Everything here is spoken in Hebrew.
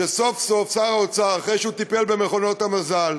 שסוף-סוף שר האוצר, אחרי שהוא טיפל במכונות המזל,